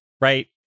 right